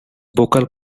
vocal